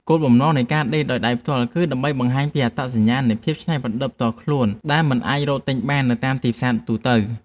គោលបំណងនៃការដេរដោយដៃផ្ទាល់គឺដើម្បីបង្ហាញពីអត្តសញ្ញាណ និងភាពច្នៃប្រឌិតផ្ទាល់ខ្លួនដែលមិនអាចរកទិញបាននៅតាមទីផ្សារទូទៅ។